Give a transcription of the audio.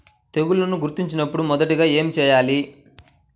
తెగుళ్లు గుర్తించినపుడు మొదటిగా ఏమి చేయాలి?